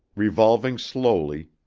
revolving slowly,